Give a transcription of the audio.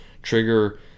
trigger